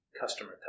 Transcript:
customer